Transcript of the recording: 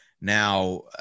now